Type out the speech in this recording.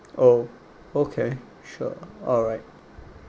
oh okay sure alright